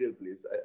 please